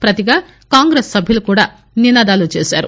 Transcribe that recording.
ప్రతిగా కాంగ్రెస్ సభ్యులు కూడా నినాదాలు చేశారు